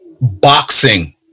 boxing